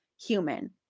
human